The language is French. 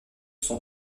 son